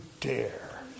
dare